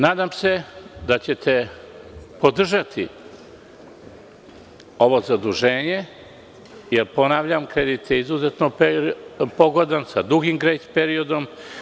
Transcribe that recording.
Nadam se da ćete podržati ovo zaduženje, jer ponavljam kredit je izuzetno povoljan sa dugim grejs periodom.